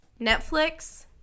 Netflix